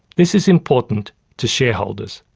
this is important to shareholders.